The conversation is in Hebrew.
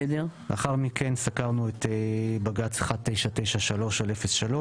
לאחר מכן סקרנו את בג"צ 1993/03,